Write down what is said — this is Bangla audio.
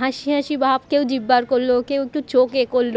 হাসি হাসি ভাব কেউ জিভ বার করল কেউ একটু চোখ এ করল